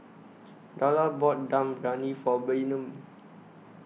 Darla bought Dum Briyani For Bynum